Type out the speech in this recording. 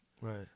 Right